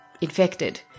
infected